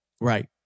right